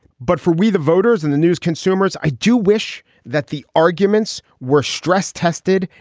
but for we, the voters and the news consumers. i do wish that the arguments were stress tested,